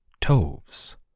Toves